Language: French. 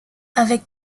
avec